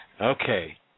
Okay